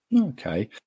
Okay